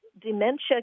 dementia